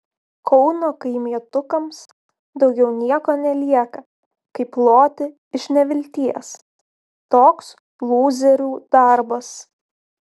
kauno kaimietukams daugiau nieko nelieka kaip loti iš nevilties toks lūzerių darbas